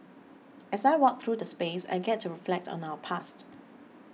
as I walk through the space I get to reflect on our past